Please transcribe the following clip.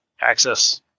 access